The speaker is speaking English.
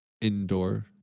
indoor